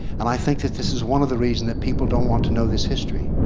and i think that this is one of the reason that people don't want to know this history.